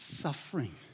suffering